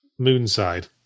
moonside